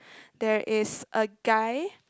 there is a guy